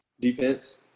defense